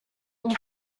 ont